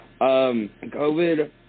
COVID